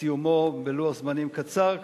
וסיומו בלוח זמנים קצר,